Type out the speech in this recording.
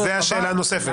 זו השאלה הנוספת.